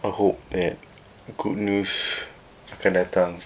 I hope that good news akan datang